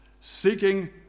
Seeking